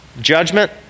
judgment